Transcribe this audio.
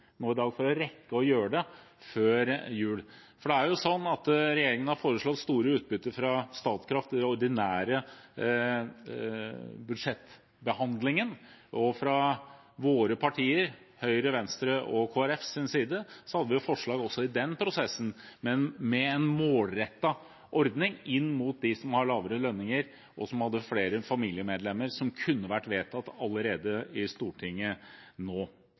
for å rekke å gjøre det før jul. Regjeringen har foreslått et stort utbytte fra Statkraft i den ordinære budsjettbehandlingen. Fra Høyre, Venstre og Kristelig Folkepartis side hadde vi også i den prosessen forslag – men med en målrettet ordning inn mot dem som har lavere lønninger, og dem som har flere familiemedlemmer – som kunne vært vedtatt i Stortinget allerede nå,